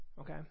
Okay